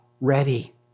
ready